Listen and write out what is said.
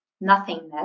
nothingness